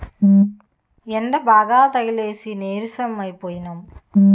యెండబాగా తగిలేసి నీరసం అయిపోనము